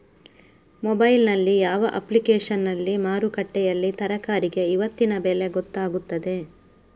Mobile ನಲ್ಲಿ ಯಾವ ಅಪ್ಲಿಕೇಶನ್ನಲ್ಲಿ ಮಾರುಕಟ್ಟೆಯಲ್ಲಿ ತರಕಾರಿಗೆ ಇವತ್ತಿನ ಬೆಲೆ ಗೊತ್ತಾಗುತ್ತದೆ?